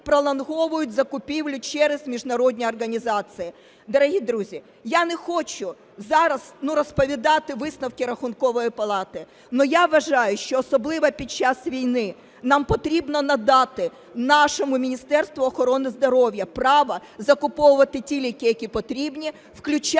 Дорогі друзі, я не хочу зараз, ну, розповідати висновки Рахункової палати, но я вважаю, що особливо під час війни нам потрібно надати нашому Міністерству охорони здоров'я право закуповувати ті ліки, які потрібні, включаючи наших